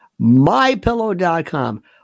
MyPillow.com